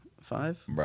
five